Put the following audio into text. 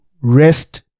rest